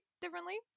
differently